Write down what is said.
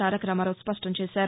తారక రామారావు స్పష్టం చేశారు